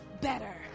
better